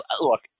look